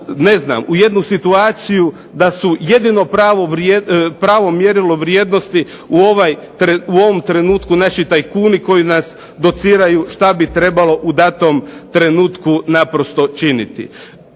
ne znam, u jednu situaciju da su jedino pravo mjerilo vrijednosti u ovom trenutku naši tajkuni koji nas dociraju što bi trebalo u datom trenutku naprosto činiti.